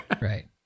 Right